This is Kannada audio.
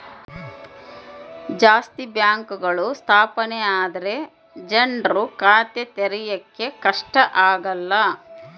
ಜಾಸ್ತಿ ಬ್ಯಾಂಕ್ಗಳು ಸ್ಥಾಪನೆ ಆದ್ರೆ ಜನ್ರು ಖಾತೆ ತೆರಿಯಕ್ಕೆ ಕಷ್ಟ ಆಗಲ್ಲ